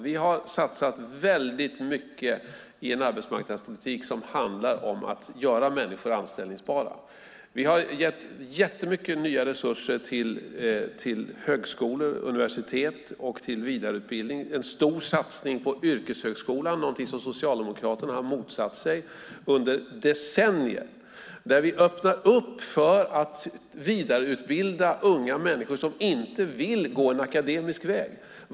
Vi har satsat väldigt mycket i en arbetsmarknadspolitik som handlar om att göra människor anställningsbara. Vi har gett jättemycket nya resurser till högskolor, universitet och vidareutbildning. Vi har en stor satsning på yrkeshögskolan, någonting som Socialdemokraterna har motsatt sig under decennier. Vi öppnar upp för att vidareutbilda unga människor som inte vill gå en akademisk väg.